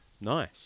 nice